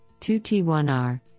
2T1R